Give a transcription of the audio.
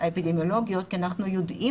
האפידמיולוגיות כי אנחנו יודעים,